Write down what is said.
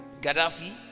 Gaddafi